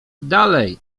dalej